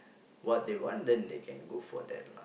what they want then they can go for that lah